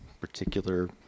particular